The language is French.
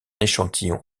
échantillon